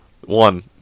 one